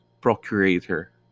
procurator